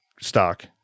stock